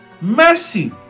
mercy